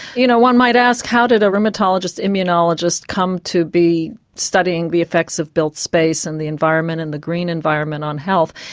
you know one might ask how did a rheumatologist immunologist come to be studying the effects of built space and the environment and the green environment on health.